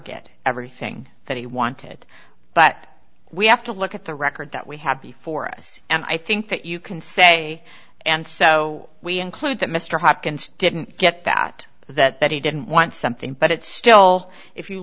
get everything that he wanted but we have to look at the record that we have before us and i think that you can say and so we included that mr hopkins didn't get that that he didn't want something but it still if you